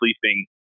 sleeping